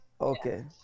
okay